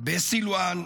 בסילוואן,